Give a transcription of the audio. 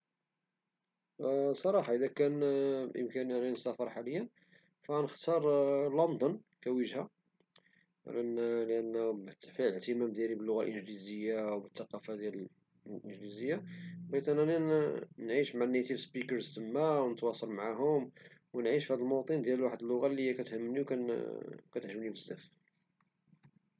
أذا كان إمكانية أنني نسافر حاليا عنختار لندن كوجهة فبفعل اهتمامي باللغة الإنجليزية والثقافة الإنجليزية بغيت نعيش مع 'نيتيف سبيكرز' تما ونتواصل معهم ونعيش في هد الموطن ديال واحد اللغة كتهمني وكتعجبني بزاف.